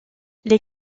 les